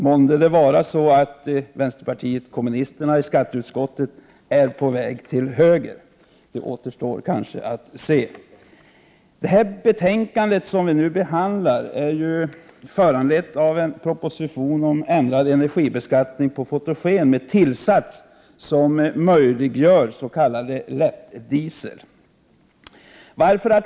Månde det vara så att vänsterpartiet kommunisterna i skatteutskottet är på väg åt höger? Det återstår att se. Det betänkande som vi nu behandlar är föranlett av en proposition om ändrad energibeskattning på fotogen med tillsats som möjliggör s.k. lättdiesel.